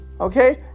Okay